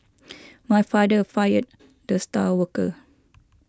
my father fired the star worker